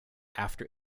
after